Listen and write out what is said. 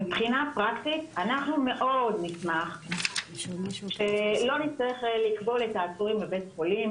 מבחינה פרקטית אנחנו מאוד נשמח שלא נצטרך לכבול את העצורים בבית חולים.